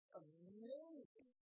amazing